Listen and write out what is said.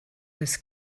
was